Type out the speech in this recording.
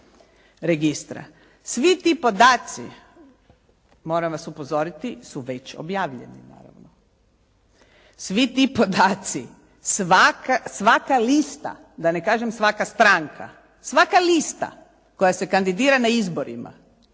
Svi ti podaci, moram vas upozoriti su već objavljeni, naravno. Svi ti podaci, svaka lista da ne kažem svaka stranka, svaka lista koja se kandidira na izborima